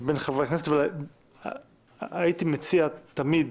בין חברי כנסת, אבל הייתי מציע תמיד